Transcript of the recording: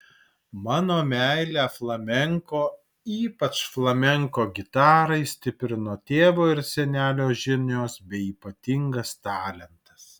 mano meilę flamenko ypač flamenko gitarai stiprino tėvo ir senelio žinios bei ypatingas talentas